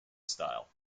style